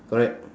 correct